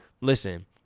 listen